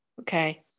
Okay